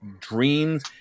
dreams